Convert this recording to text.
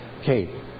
Okay